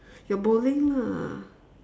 your bowling lah